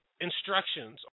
instructions